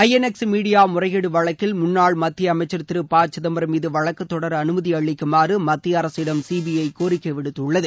ஜ N X media முறைகேடு வழக்கில் முன்னாள் மத்திய அமைச்சர் திரு ப சிதம்பரம் மீது வழக்கு தொடர அனுமதி அளிக்குமாறு மத்திய அரசிடம் சிபிஐ கோரிக்கை விடுத்துள்ளது